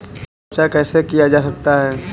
बीज का उपचार कैसे किया जा सकता है?